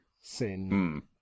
sin